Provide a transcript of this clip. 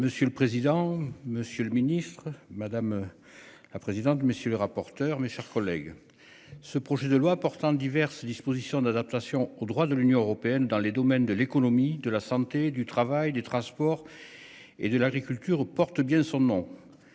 Monsieur le président, Monsieur le Ministre, madame. La présidente, monsieur le rapporteur. Mes chers collègues. Ce projet de loi portant diverses dispositions d'adaptation au droit de l'Union européenne dans les domaines de l'économie de la santé, du travail des transports. Et de l'agriculture, porte bien son nom.